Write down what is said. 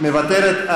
מוותרת.